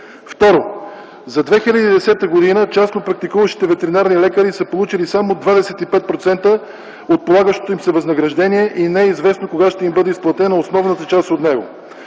Второ, за 2010 г. част от практикуващите ветеринарни лекари са получили само 25% от полагащото им се възнаграждение и не е известно кога ще им бъде изплатена основната част от него.